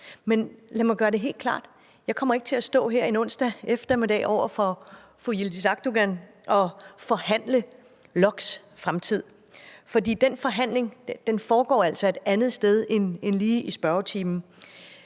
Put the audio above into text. Men lad mig gøre det helt klart: Jeg kommer ikke til at stå her en onsdag eftermiddag over for fru Yildiz Akdogan og forhandle om LOKK's fremtid, for den forhandling foregår altså et andet sted end lige i spørgetiden.